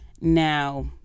now